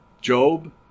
Job